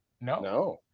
No